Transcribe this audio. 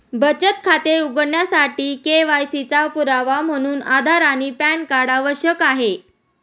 बचत खाते उघडण्यासाठी के.वाय.सी चा पुरावा म्हणून आधार आणि पॅन कार्ड आवश्यक आहे